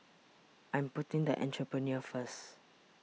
I'm putting the Entrepreneur First